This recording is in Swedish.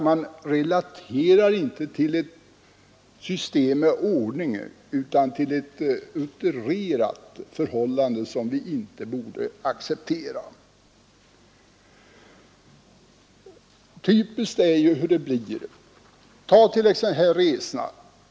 Man relaterar inte till ett system med ordning i utan till ett utrerat förhållande, som vi inte borde acceptera. Resorna är ett typiskt exempel.